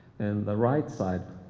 and the right side